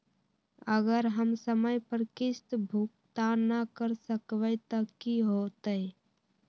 अगर हम समय पर किस्त भुकतान न कर सकवै त की होतै?